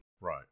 Right